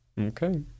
Okay